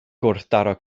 gwrthdaro